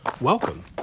Welcome